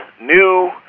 new